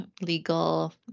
legal